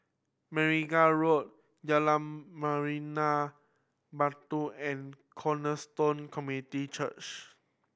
Road Jalan Memrina Barat and Cornerstone Community Church